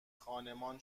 خانمان